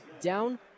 down